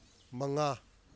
ꯃꯉꯥ